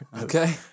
Okay